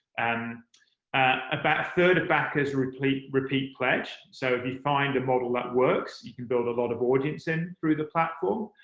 and ah about a third of backers are repeat-pledge. so if you find a model that works, you can build a lot of audience in through the platform.